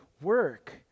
work